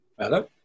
Hello